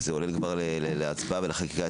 וזה עולה להצבעה ולחקיקה,